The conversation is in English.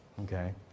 okay